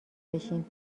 بشین